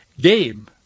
game